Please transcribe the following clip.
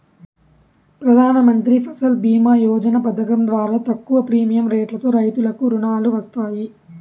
ప్రధానమంత్రి ఫసల్ భీమ యోజన పథకం ద్వారా తక్కువ ప్రీమియం రెట్లతో రైతులకు రుణాలు వస్తాయి